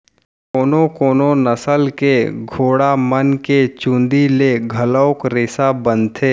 कोनो कोनो नसल के घोड़ा मन के चूंदी ले घलोक रेसा बनथे